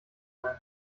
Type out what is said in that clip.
sein